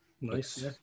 nice